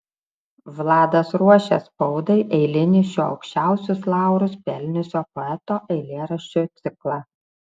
vladas ruošė spaudai eilinį šio aukščiausius laurus pelniusio poeto eilėraščių ciklą